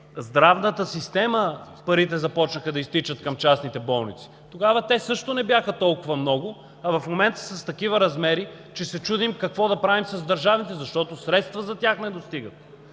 в здравната система парите започнаха да изтичат към частните болници. Тогава те също не бяха толкова много, а в момента са с такива размери, че се чудим какво да правим с държавните, защото средства за тях не достигат.